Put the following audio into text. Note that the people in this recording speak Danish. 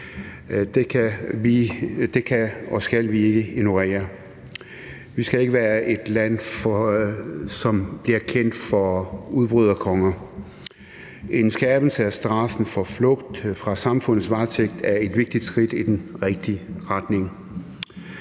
kan eller skal vi ignorere. Vi skal ikke være et land, som bliver kendt for udbryderkonger. En skærpelse af straffen for flugt fra samfundets varetægt er et vigtigt skridt i den rigtige retning.